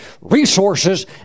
resources